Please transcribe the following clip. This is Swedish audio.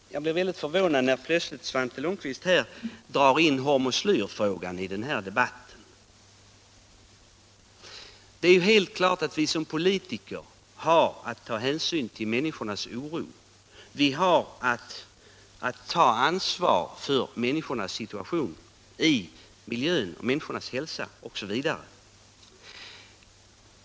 Jag blev väldigt förvånad när Svante Lundkvist plötsligt drog in hormoslyrfrågan i den här debatten. Det är helt klart att vi som politiker har att ta hänsyn till människornas oro. Vi måste ta ansvar för människornas situation i miljön, människornas hälsa osv.